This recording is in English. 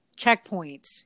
checkpoints